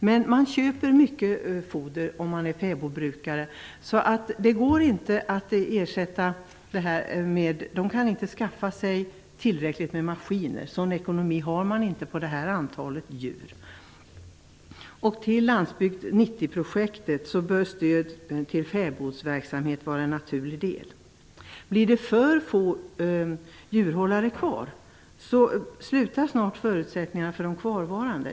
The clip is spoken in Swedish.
Men man köper mycket foder om man är fäbodbrukare. Fäbodbrukaren kan inte skaffa sig tillräckligt med maskiner. Sådan ekonomi har man inte på det här lilla antalet djur. Till Landsbygd 90-projektet bör stöd till fäbodsverksamhet vara en naturlig del. Blir det för få djurhållare kvar upphör snart förutsättningarna för de kvarvarande.